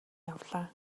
явлаа